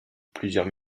plusieurs